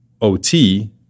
OT